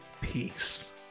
peace